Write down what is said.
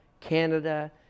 Canada